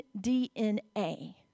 DNA